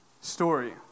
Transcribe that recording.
story